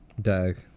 Dag